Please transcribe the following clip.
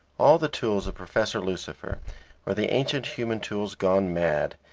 all the tools of professor lucifer were the ancient human tools gone mad,